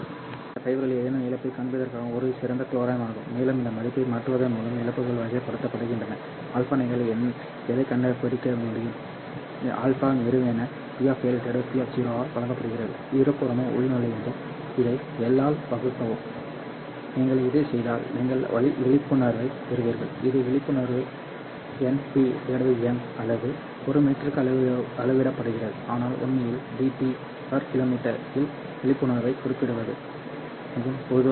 ஆனால் இது ஃபைபரில் ஏதேனும் இழப்பைக் காண்பிப்பதற்கான ஒரு சிறந்த தோராயமாகும் மேலும் இந்த மதிப்பை மாற்றுவதன் மூலம் இழப்புகள் வகைப்படுத்தப்படுகின்றன α நீங்கள் எதை கண்டுபிடிக்க முடியும் α α வெறுமனே P P ஆல் வழங்கப்படுகிறது இருபுறமும் உள்நுழைந்து இதை L ஆல் வகுக்கவும் நீங்கள் இதைச் செய்தால் நீங்கள் விழிப்புணர்வைப் பெறுவீர்கள் இந்த விழிப்புணர்வு Np m அல்லது ஒரு மீட்டருக்கு அளவிடப்படுகிறது ஆனால் உண்மையில் db km இல் விழிப்புணர்வைக் குறிப்பிடுவது மிகவும் பொதுவானது